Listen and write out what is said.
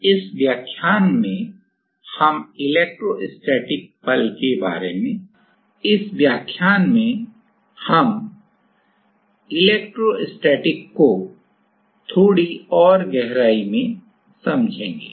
तो इस व्याख्यान में हम इलेक्ट्रोस्टैटिक्स में थोड़ी और गहराई में समझेंगे